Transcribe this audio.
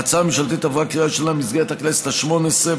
ההצעה הממשלתית עברה קריאה ראשונה במסגרת הכנסת השמונה-עשרה,